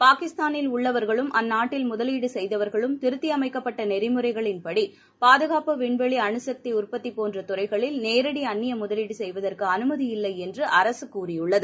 பாகிஸ்தானில் உள்ளவர்களும் அந்நாட்டில் முதலீடுசெய்தவர்களும் திருத்தியமைக்கப்பட்டநெறிமுறைகளின் விண்வெளிஅணுசக்திஉற்பத்திபோன்றதுறைகளில் பாதுகாப்பு படி நேரடிஅந்நியமுதலீடுசெயவதற்குஅனுமதியில்லைஎன்று அரசுகூறியுள்ளது